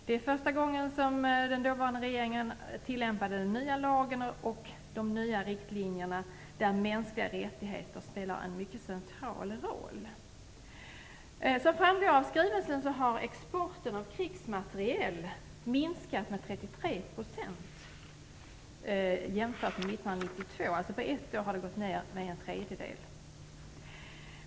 Det var första gången som den dåvarande regeringen tillämpade den nya lagen och de nya riktlinjerna där mänskliga rättigheter spelar en mycket central roll. Som framgår av skrivelsen har exporten av krigsmateriel minskat med 33 % jämfört med 1992. På ett år har alltså denna export gått ner med en tredjedel.